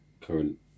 current